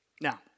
Now